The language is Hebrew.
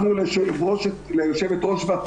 אבל ישראל